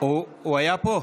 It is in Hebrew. הוא היה פה.